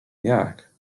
jak